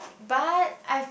but I